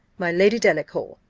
my lady delacour,